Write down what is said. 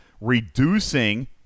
reducing